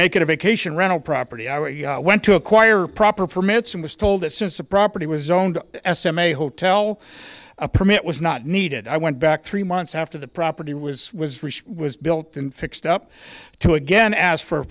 make it a vacation rental property i were you when to acquire proper permits and was told that since the property was owned s m a hotel a permit was not needed i went back three months after the property was was built and fixed up to again ask for a